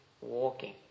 walking